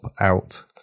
out